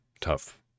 tough